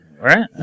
right